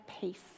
peace